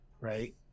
right